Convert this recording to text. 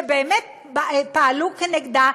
שבאמת פעלו כנגדה,